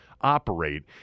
operate